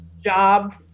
job